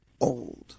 old